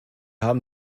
haben